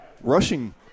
rushing